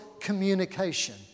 communication